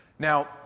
Now